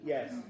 Yes